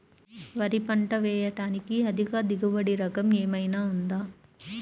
వరి పంట వేయటానికి అధిక దిగుబడి రకం ఏమయినా ఉందా?